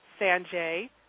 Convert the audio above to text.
Sanjay